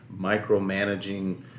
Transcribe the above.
micromanaging